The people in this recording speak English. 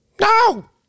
No